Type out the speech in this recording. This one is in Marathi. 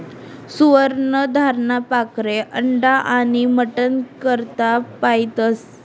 सुवर्ण धाराना पाखरे अंडा आनी मटन करता पायतस